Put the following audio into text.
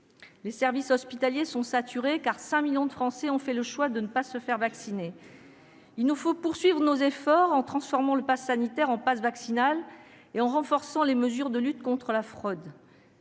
Les services hospitaliers sont saturés, car 5 millions de Français ont fait le choix de ne pas se faire vacciner. Il nous faut poursuivre nos efforts en transformant le passe sanitaire en passe vaccinal et en renforçant les mesures de lutte contre la fraude.